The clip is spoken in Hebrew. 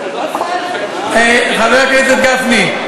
חבר הכנסת גפני,